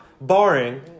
barring